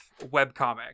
webcomic